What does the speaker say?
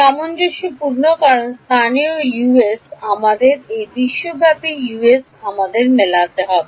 সামঞ্জস্যপূর্ণ কারণ স্থানীয় Us আমাদের এবং বিশ্বব্যাপী Us আমাদের মিলতে হবে